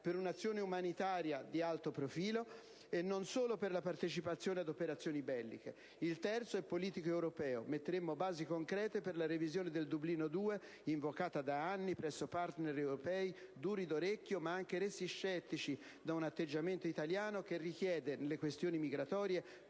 per un'azione umanitaria di alto profilo e non solo per la partecipazione ad operazioni belliche. Il terzo vantaggio è invece politico-europeo, poiché porremmo basi concrete per la revisione del regolamento Dublino II, invocata da anni presso partner europei duri d'orecchio, ma anche resi scettici da un atteggiamento italiano che nelle questioni migratorie